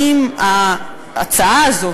האם ההצעה הזאת,